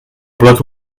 plat